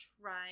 try